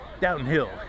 Downhill